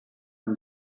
and